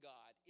God